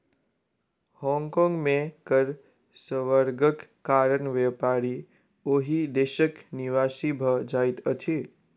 Hong Kong में कर स्वर्गक कारण व्यापारी ओहि देशक निवासी भ जाइत अछिं